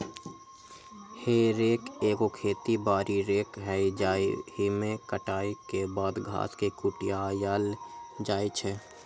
हे रेक एगो खेती बारी रेक हइ जाहिमे कटाई के बाद घास के कुरियायल जाइ छइ